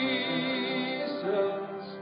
Jesus